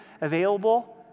available